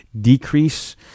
decrease